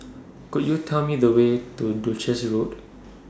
Could YOU Tell Me The Way to Duchess Road